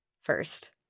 First